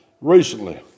recently